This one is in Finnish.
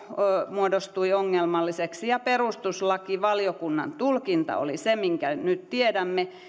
muodostui ongelmalliseksi ja perustuslakivaliokunnan tulkinta oli se minkä nyt tiedämme